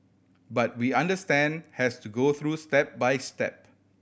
but we understand has to go through step by step